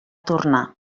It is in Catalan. tornar